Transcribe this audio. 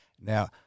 Now